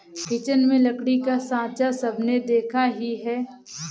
kitchen में लकड़ी का साँचा सबने देखा ही है